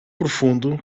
profundo